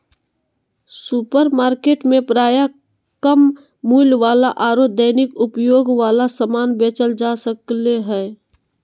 supermarket में प्रायः कम मूल्य वाला आरो दैनिक उपयोग वाला समान बेचल जा सक्ले हें